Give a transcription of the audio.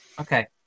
Okay